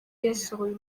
yasohoye